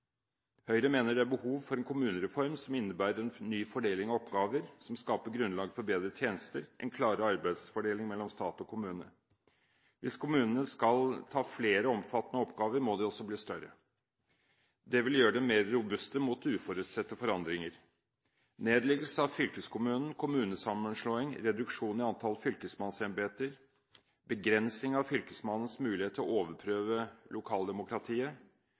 Høyre mener det er behov for en kommunereform som innebærer en ny fordeling av oppgaver, som skaper grunnlag for bedre tjenester og en klarere arbeidsfordeling mellom stat og kommune. Hvis kommunene skal ha flere omfattende oppgaver, må de også bli større. Det vil gjøre dem mer robuste mot uforutsette forandringer. Nedleggelse av fylkeskommunen, kommunesammenslåinger, reduksjon i antall fylkesmannsembeter, begrensning av fylkesmannens mulighet til å overprøve lokaldemokratiet,